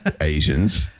Asians